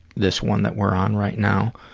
this one that we're on right now.